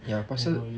ya pasal